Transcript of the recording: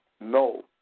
No